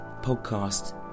podcast